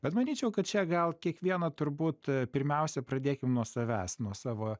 bet manyčiau kad čia gal kiekvieną turbūt pirmiausia pradėkim nuo savęs nuo savo